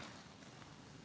Hvala.